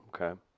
Okay